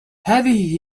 هذه